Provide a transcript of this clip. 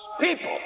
people